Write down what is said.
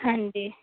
ਹਾਂਜੀ